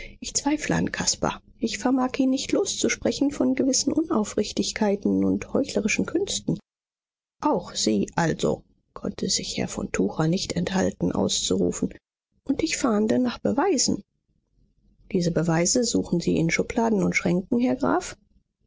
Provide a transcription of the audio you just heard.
ich zweifle an caspar ich vermag ihn nicht loszusprechen von gewissen unaufrichtigkeiten und heuchlerischen künsten auch sie also konnte sich herr von tucher nicht enthalten auszurufen und ich fahnde nach beweisen diese beweise suchen sie in schubladen und schränken herr graf